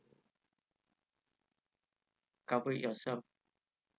cover yourself